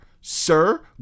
sir